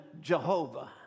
Jehovah